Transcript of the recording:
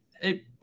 hey